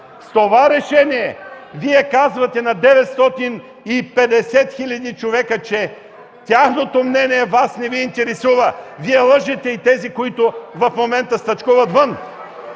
С това решение Вие казвате на 950 хиляди човека, че тяхното мнение Вас не Ви интересува. Вие лъжете и тези, които в момента стачкуват вън!